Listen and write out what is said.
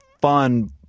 fun